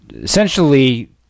essentially